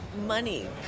money